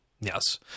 Yes